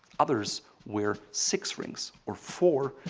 others wear six rings or four.